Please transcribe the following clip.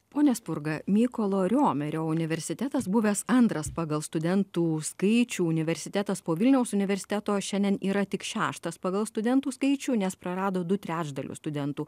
pone spurga mykolo riomerio universitetas buvęs antras pagal studentų skaičių universitetas po vilniaus universiteto šiandien yra tik šeštas pagal studentų skaičių nes prarado du trečdalius studentų